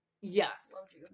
Yes